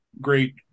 great